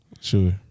Sure